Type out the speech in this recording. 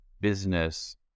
business